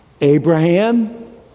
abraham